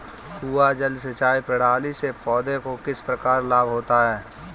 कुआँ जल सिंचाई प्रणाली से पौधों को किस प्रकार लाभ होता है?